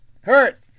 hurt